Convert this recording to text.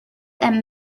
and